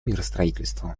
миростроительству